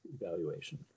evaluation